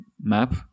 map